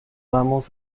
vamos